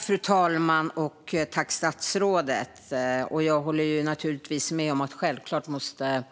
Fru talman! Jag håller naturligtvis med om att markägarna självklart måste